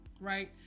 right